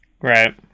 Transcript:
Right